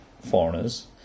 foreigners